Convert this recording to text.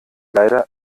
leider